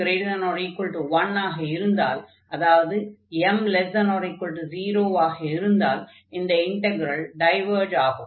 1 m≥1 ஆக இருந்தால் அதாவது m≤0 ஆக இருந்தால் இந்த இன்டக்ரல் டைவர்ஜ் ஆகும்